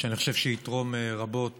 ואני חושב שיתרום רבות